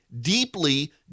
deeply